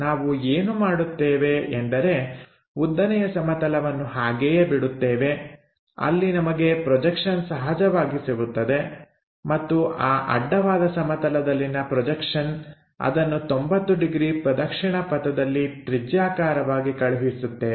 ನಾವು ಏನು ಮಾಡುತ್ತೇವೆ ಎಂದರೆ ಉದ್ದನೆಯ ಸಮತಲವನ್ನು ಹಾಗೆಯೇ ಬಿಡುತ್ತೇವೆ ಅಲ್ಲಿ ನಮಗೆ ಪ್ರೊಜೆಕ್ಷನ್ ಸಹಜವಾಗಿ ಸಿಗುತ್ತದೆ ಮತ್ತು ಆ ಅಡ್ಡವಾದ ಸಮತಲದಲ್ಲಿನ ಪ್ರೊಜೆಕ್ಷನ್ ಅದನ್ನು 90 ಡಿಗ್ರಿ ಪ್ರದಕ್ಷಿಣಾ ಪಥದಲ್ಲಿ ತ್ರಿಜ್ಯಾಕಾರವಾಗಿ ಕಳುಹಿಸುತ್ತೇವೆ